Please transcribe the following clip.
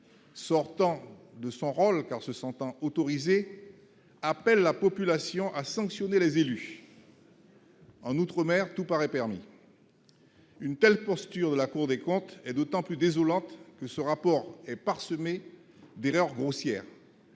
sortant de son rôle car se sentant la population à sanctionner les élus. En outre, mer, tout paraît permis une telle posture de la Cour des comptes est d'autant plus désolante que ce rapport est parsemé d'erreurs grossières.